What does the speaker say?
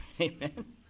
Amen